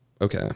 okay